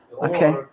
Okay